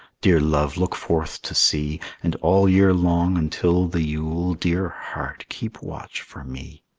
dear love, look forth to sea and all year long until the yule, dear heart, keep watch for me!